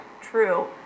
true